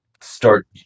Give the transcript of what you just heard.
start